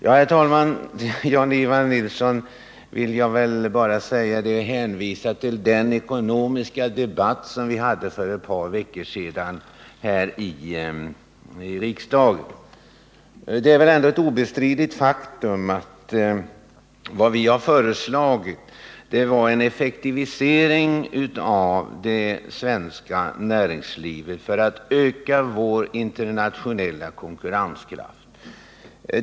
Jag vill bara hänvisa Jan-Ivan Nilsson till den ekonomiska debatt som vi förde för ett par veckor sedan här i riksdagen. Det är väl ändå ett obestridligt faktum att vad vi har föreslagit är en effektivisering av det svenska näringslivet för att öka vårt lands internationella konkurrenskraft.